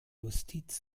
justiz